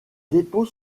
dépôts